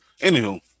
anywho